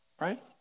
right